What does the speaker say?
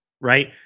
right